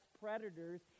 predators